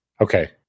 Okay